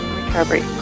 recovery